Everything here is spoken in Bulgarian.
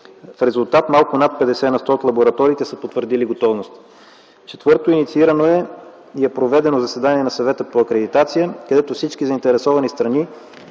В резултат малко над 50 на сто от лабораториите са потвърдили готовност. Четвърто, инициирано е и е проведено заседание на Съвета по акредитация, където всички заинтересовани страни